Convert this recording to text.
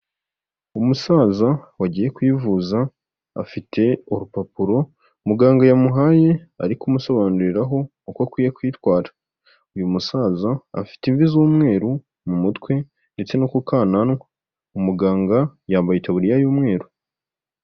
Umusaza wagiye kwivuza afite urupapuro muganga yamuhaye ari kumusobanuriraho uko akwiye kwitwara, uyu musaza afite imvi z'umweru mu mutwe ndetse no kukananwa, umuganga yambaye itaburiya y'umweru.